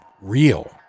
real